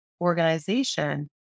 Organization